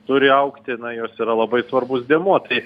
turi augti na jos yra labai svarbus dėmuo tai